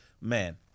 man